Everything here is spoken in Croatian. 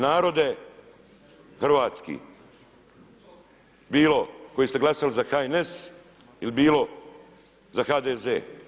Narode, hrvatski, bilo koji ste glasali za HNS ili bilo za HDZ.